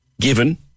given